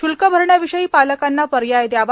शुल्क अरण्याविषयी पालकांना पर्याय दयावा